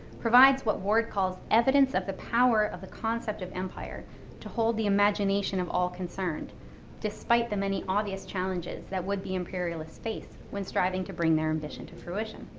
provides what ward calls evidence of the power of the concept of empire to hold the imagination of all concerned despite the many obvious challenges that would-be imperialists face when striving to bring their ambition to fruition.